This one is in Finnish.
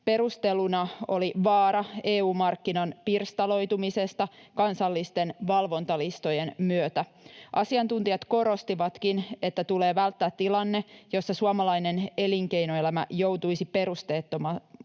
Perusteluna oli vaara EU-markkinan pirstaloitumisesta kansallisten valvontalistojen myötä. Asiantuntijat korostivatkin, että tulee välttää tilanne, jossa suomalainen elinkeinoelämä joutuisi perusteettomasti